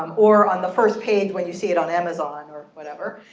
um or on the first page when you see it on amazon or whatever.